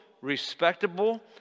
respectable